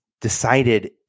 Decided